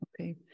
Okay